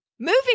Moving